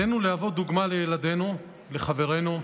עלינו להוות דוגמה לילדינו, לחברינו,